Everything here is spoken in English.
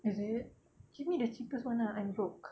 is it give me the cheapest one ah I'm broke